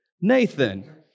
Nathan